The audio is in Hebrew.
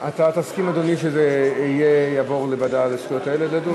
אתה תסכים, אדוני, שזה יעבור לוועדה לזכויות הילד?